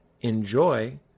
enjoy